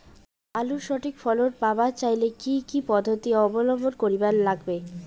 আলুর সঠিক ফলন পাবার চাইলে কি কি পদ্ধতি অবলম্বন করিবার লাগবে?